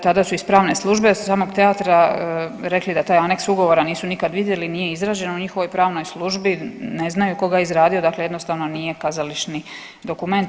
Tada su iz pravne službe samog teatra rekli da taj aneks ugovora nisu nikad vidjeli, nije izrađen u njihovoj pravnoj službi, ne znaju tko ga je izradio dakle jednostavno nije kazališni dokument.